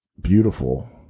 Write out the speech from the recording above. beautiful